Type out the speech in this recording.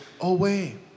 away